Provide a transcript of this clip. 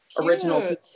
original